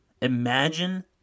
imagine